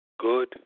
Good